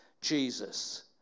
Jesus